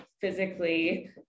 physically